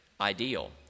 ideal